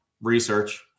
research